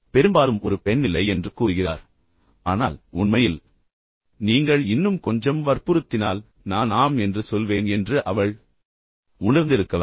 பெரும்பாலும் ஒரு பெண் இல்லை என்று கூறுகிறார் ஆனால் உண்மையில் நீங்கள் இன்னும் கொஞ்சம் வற்புறுத்தினால் நான் ஆம் என்று சொல்வேன் என்று அவள் உணர்ந்திருக்கலாம்